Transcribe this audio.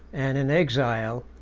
and in exile,